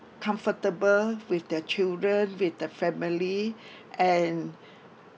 comfortable with their children with the family and